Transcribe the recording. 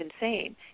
insane